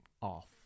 off